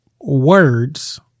words